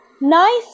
nice